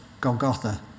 Golgotha